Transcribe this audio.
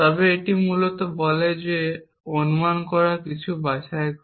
তবে এটি মূলত বলে যে অনুমান করার কিছু নিয়ম বাছাই করে